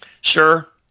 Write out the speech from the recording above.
Sure